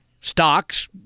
stocks